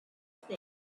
things